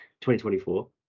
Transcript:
2024